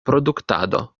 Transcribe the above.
produktado